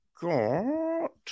got